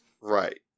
Right